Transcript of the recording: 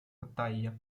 battaglia